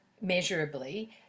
measurably